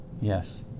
Yes